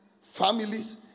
families